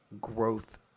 growth